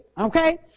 Okay